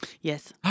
Yes